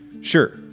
sure